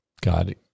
God